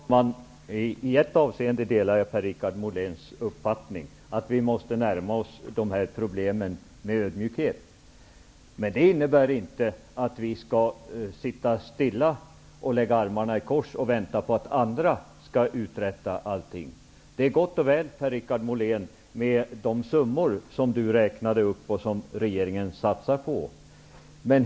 Herr talman! I ett avseende delar jag Per-Richard Moléns uppfattning, nämligen att vi måste närma oss problemen med ödmjukhet. Det innebär dock inte att vi skall sitta stilla och lägga armarna i kors och vänta på att andra skall uträtta allting. Det är gott och väl, Per-Richard Molén, med de summor som räknades upp och som regeringen satsar.